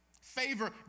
Favor